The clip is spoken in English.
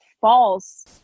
false